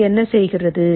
இது என்ன செய்கிறது